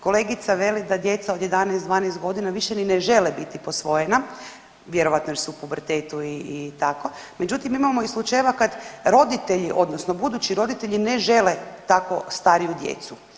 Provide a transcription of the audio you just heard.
Kolegica veli da djeca od 11, 12 godina više ni ne žele biti posvojena, vjerojatno jer su u pubertetu i tako, međutim, imamo i slučajeva kad roditelji, odnosno budući roditelji ne žele tako stariju djecu.